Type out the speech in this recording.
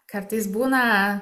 kartais būna